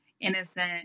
innocent